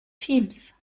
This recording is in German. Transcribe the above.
teams